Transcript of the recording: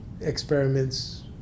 experiments